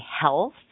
health